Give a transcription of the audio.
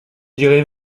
direz